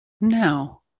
now